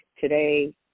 today